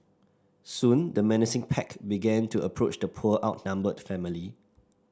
soon the menacing pack began to approach the poor outnumbered family